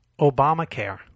Obamacare